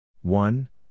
one